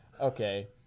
Okay